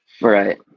Right